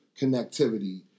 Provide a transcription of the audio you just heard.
connectivity